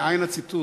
מאין הציטוט?